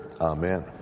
Amen